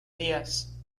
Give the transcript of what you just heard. días